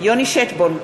יוני שטבון,